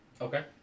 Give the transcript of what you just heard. Okay